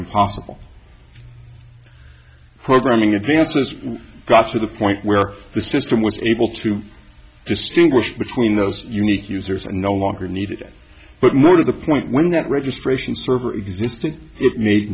impossible programming advances got to the point where the system was able to distinguish between those unique users and no longer needed but more to the point when that registration server existed it made